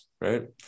right